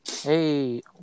Hey